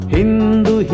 Hindu